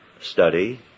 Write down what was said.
study